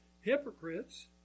hypocrites